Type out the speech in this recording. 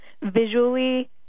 visually